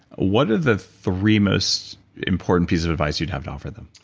what are the three most important pieces of advice you'd have to offer them?